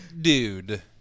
dude